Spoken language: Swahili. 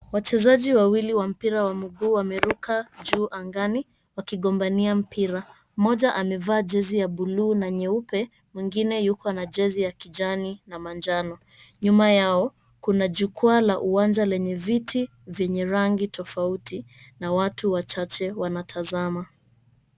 Wachezaji wawili wa mpira wa mguu wameruka juu angani wakigombania mpira, mmoja amevaa jezi ya buluu na nyeupe mwengine yuko na jezi ya kijani na manjano, nyuma yao kuna jukwaa la uwanja lenye viti venye rangi tofauti na watu wachache wanatazama.